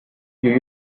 you